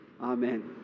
amen